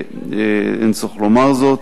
ואין צורך לומר זאת,